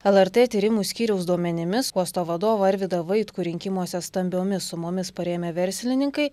lrt tyrimų skyriaus duomenimis uosto vadovą arvydą vaitkų rinkimuose stambiomis sumomis parėmę verslininkai